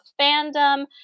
fandom